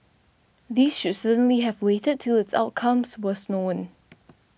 these should certainly have waited till its outcomes was known